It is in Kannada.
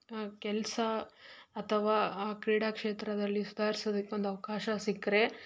ಕೆಲಸ ಅಥವಾ ಆ ಕ್ರೀಡಾ ಕ್ಷೇತ್ರದಲ್ಲಿ ಸುಧಾರಿಸೋದಿಕ್ಕೆ ಒಂದು ಅವಕಾಶ ಸಿಕ್ಕರೆ